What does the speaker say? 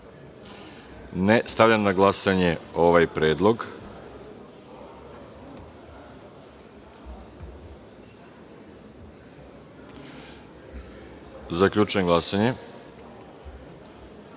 (Ne.)Stavljam na glasanje ovaj predlog. Zaključujem glasanje